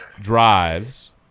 drives